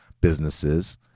businesses